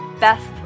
best